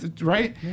right